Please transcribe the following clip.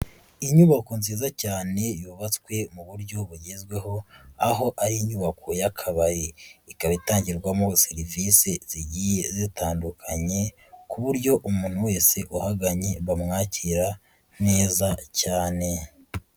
Inyubako nziza cyane yubatswe mu buryo bugezweho, aho ari inyubako y'akabari, ikaba itangirwamo serivis zigiye zitandukanye, ku buryo umuntu wese uhaganye, bamwakira neza cyane.